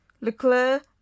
Leclerc